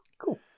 cool